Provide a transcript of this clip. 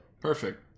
Perfect